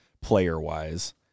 player-wise